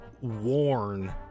worn